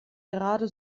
gerade